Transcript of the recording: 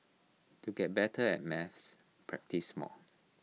to get better at maths practise more